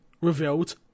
revealed